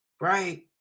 right